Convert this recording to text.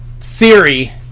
Theory